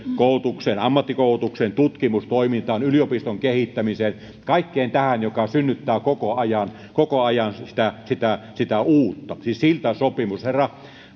koulutukseen ammattikoulutukseen tutkimustoimintaan yliopiston kehittämiseen kaikkeen tähän joka synnyttää koko ajan koko ajan sitä sitä uutta siis siltasopimus herra